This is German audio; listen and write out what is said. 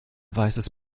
weißes